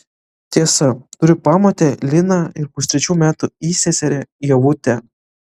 tiesa turiu pamotę liną ir pustrečių metų įseserę ievutę